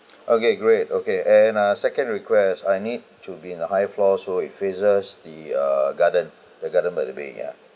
okay great okay and uh second request I need to be in the higher floor so it faces the uh garden the garden by the bay ya